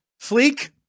fleek